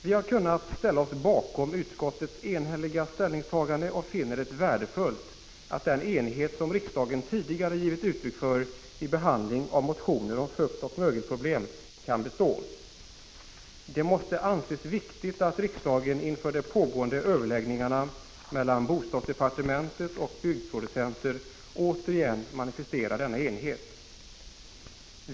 Vi har kunnat ställa oss bakom utskottets enhälliga ställningstagande och finner det värdefullt att den enighet som riksdagen tidigare givit uttryck för vid behandling av motioner om fukt och mögelproblem kan bestå. Det måste anses viktigt att riksdagen inför de pågående överläggningarna mellan bostadsdepartementet och byggproducenterna återigen manifesterar denna enighet.